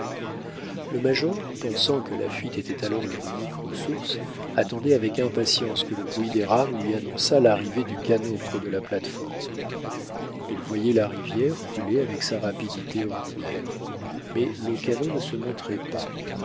le major pensant que la fuite était alors leur unique ressource attendait avec impatience que le bruit des rames lui annonçât l'arrivée du canot près de la plate-forme il voyait la rivière couler avec sa rapidité ordinaire mais le canot ne se montrait pas